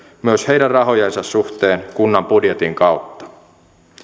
myös heidän rahojensa suhteen kunnan budjetin kautta